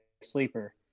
sleeper